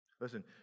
Listen